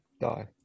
die